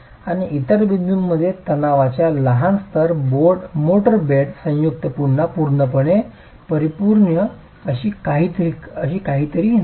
आणि इतर बिंदूंमध्ये तणावाचा लहान स्तर मोर्टार बेड संयुक्त पुन्हा पूर्णपणे परिपूर्ण अशी काहीतरी नाही